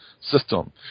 system